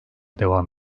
devam